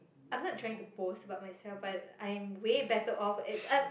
I'm not trying to boast about myself but I'm way better of at I'm